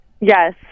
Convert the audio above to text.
Yes